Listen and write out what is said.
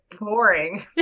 boring